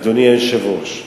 אדוני היושב-ראש,